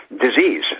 disease